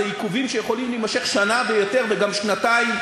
זה עיכובים שיכולים להימשך שנה ויותר וגם שנתיים.